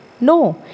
No